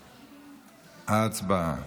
ההצבעה.